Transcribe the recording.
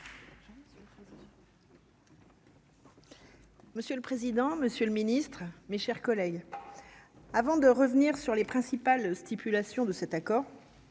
Monsieur le président, Monsieur le Ministre, mes chers collègues, avant de revenir sur les principales stipulations de cet accord.